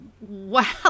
wow